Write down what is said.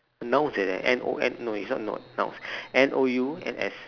nouns like that N O N no it's not note nouns N O U N S